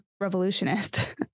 revolutionist